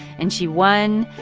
and she won.